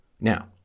Now